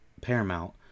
Paramount